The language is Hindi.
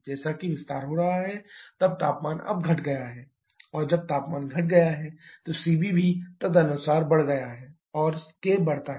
जैसा कि विस्तार हो रहा है तब तापमान अब घट रहा है और जब तापमान घट रहा है तो Cv भी तदनुसार बढ़ता है और k बढ़ता है